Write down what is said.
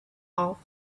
off